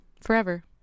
forever